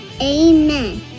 Amen